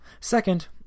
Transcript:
Second